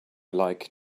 like